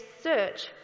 search